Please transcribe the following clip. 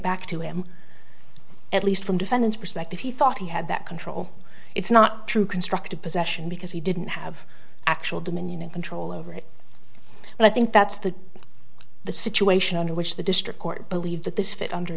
back to him at least from defendant's perspective he thought he had that control it's not true constructive possession because he didn't have actual dominion and control over it and i think that's the the situation under which the district court believe that this fit under